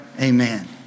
amen